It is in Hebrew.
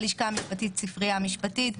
בלשכה המשפטית ספרייה משפטית,